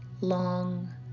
long